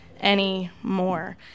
anymore